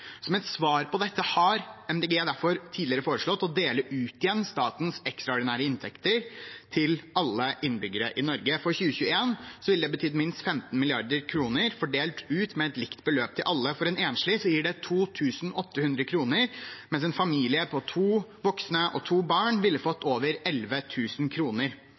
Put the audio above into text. Som et svar på dette har Miljøpartiet De Grønne derfor tidligere foreslått å dele ut igjen statens ekstraordinære inntekter til alle innbyggere i Norge. For 2021 ville det betydd minst 15 mrd. kr fordelt med et likt beløp til alle. For en enslig gir det 2 800 kr, mens en familie på to voksne og to barn ville fått over